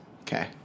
Okay